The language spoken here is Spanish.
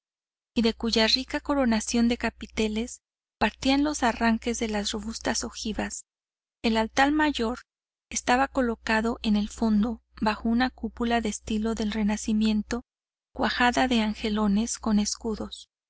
y de cuya rica coronación de capiteles partían los arranques de las robustas ojivas el altar mayor estaba colocado en el fondo bajo una cúpula de estilo del renacimiento cuajada de angelones con escudos